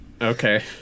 Okay